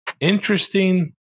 Interesting